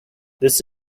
this